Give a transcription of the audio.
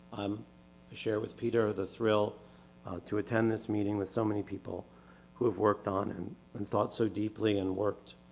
i'm share with peter, the thrill to attend this meeting with so many people who have worked on and and thought so deeply and worked